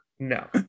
no